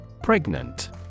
Pregnant